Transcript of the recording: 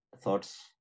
thoughts